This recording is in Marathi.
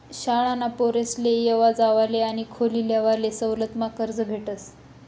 शाळाना पोरेसले येवा जावाले आणि खोली लेवाले सवलतमा कर्ज भेटस